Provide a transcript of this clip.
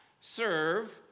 serve